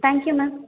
thank you ma'am